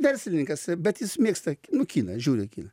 verslininkas bet jis mėgsta nu kiną žiūri kiną